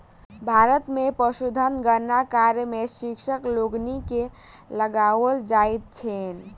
भारत मे पशुधन गणना कार्य मे शिक्षक लोकनि के लगाओल जाइत छैन